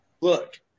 Look